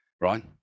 right